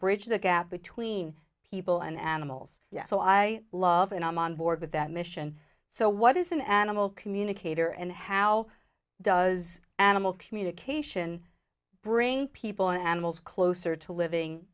bridge the gap between people and animals yes so i love and i'm on board with that mission so what is an animal communicator and how does animal communication bring people and animals closer to living